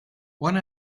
one